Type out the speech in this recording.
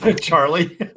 Charlie